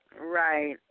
Right